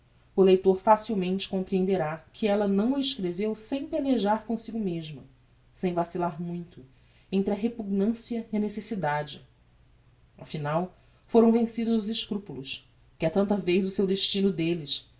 o leitor facilmente comprehenderá que ella não a escreveu sem pelejar comsigo mesma sem vacillar muito entre a repugnancia e a necessidade afinal foram vencidos os escropulos que é tanta vez o seu destino delles